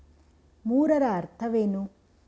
ಮೂರರ ಅರ್ಥವೇನು?